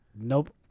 nope